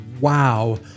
Wow